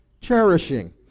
cherishing